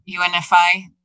unfi